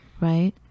right